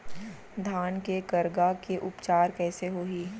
धान के करगा के उपचार कइसे होही?